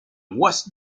west